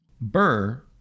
Burr